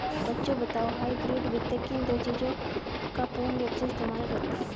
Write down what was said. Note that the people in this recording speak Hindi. बच्चों बताओ हाइब्रिड वित्त किन दो चीजों का पूर्ण रूप से इस्तेमाल करता है?